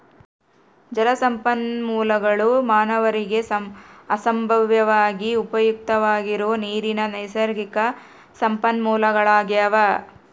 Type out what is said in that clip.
ಜಲಸಂಪನ್ಮೂಲಗುಳು ಮಾನವರಿಗೆ ಸಂಭಾವ್ಯವಾಗಿ ಉಪಯುಕ್ತವಾಗಿರೋ ನೀರಿನ ನೈಸರ್ಗಿಕ ಸಂಪನ್ಮೂಲಗಳಾಗ್ಯವ